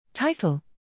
Title